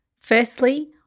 Firstly